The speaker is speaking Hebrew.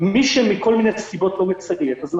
מי שמכל מיני סיבות לא מציית אנחנו